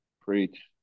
Preach